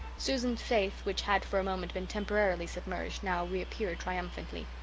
susan's faith, which had for a moment been temporarily submerged, now reappeared triumphantly.